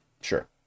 Sure